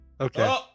Okay